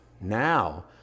Now